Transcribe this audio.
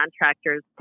contractors